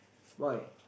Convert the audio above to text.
why